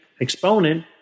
exponent